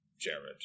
Jared